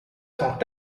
sont